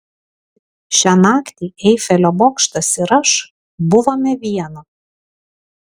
šią naktį eifelio bokštas ir aš buvome viena